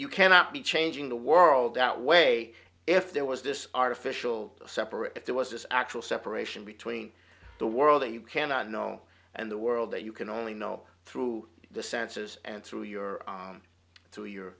you cannot be changing the world out way if there was this artificial separate if there was this actual separation between the world that you cannot know and the world that you can only know through the senses and through your